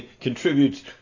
contributes